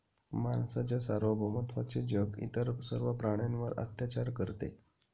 माणसाच्या सार्वभौमत्वाचे जग इतर सर्व प्राण्यांवर अत्याचार करते